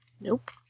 Nope